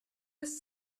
was